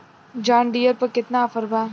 John Deere पर केतना offer बा?